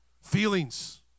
feelings